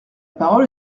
parole